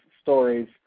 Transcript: stories